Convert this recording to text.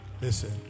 Listen